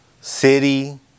City